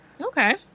Okay